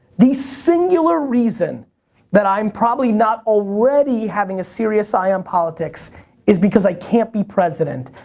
the singular reason that i'm probably not already having a serious eye on politics is because i can't be president,